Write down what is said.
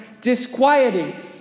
disquieting